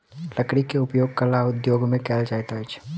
लकड़ी के उपयोग कला उद्योग में कयल जाइत अछि